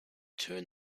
turn